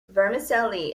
vermicelli